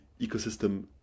ecosystem